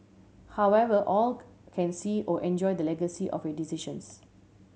however all can see or enjoy the legacy of your decisions